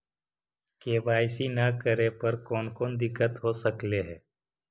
KYC न करे पर कौन कौन दिक्कत हो सकले हे?